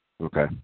Okay